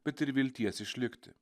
bet ir vilties išlikti